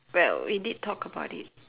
well we did talk about it